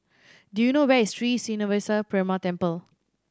do you know where is Sri Srinivasa Perumal Temple